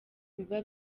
biba